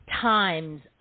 times